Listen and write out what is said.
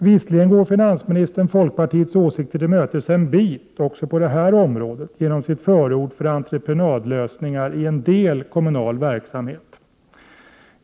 Visserligen går finansministern folkpartiets åsikter till mötes ett stycke också på det området genom sitt förord för entreprenadlösningar i en del kommunal verksamhet.